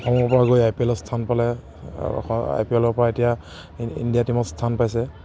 অসমৰ পৰা গৈ আই পি এলত স্থান পালে অসম আই পি এলৰ পৰা এতিয়া ইণ্ ইণ্ডিয়া টীমত স্থান পাইছে